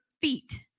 feet